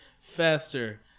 Faster